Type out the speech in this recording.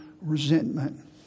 resentment